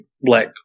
black